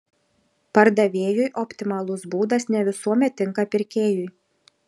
pardavėjui optimalus būdas ne visuomet tinka pirkėjui